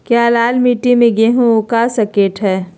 क्या लाल मिट्टी में गेंहु उगा स्केट है?